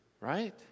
Right